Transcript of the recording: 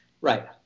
Right